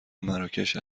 مراکش